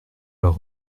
leurs